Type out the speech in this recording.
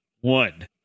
one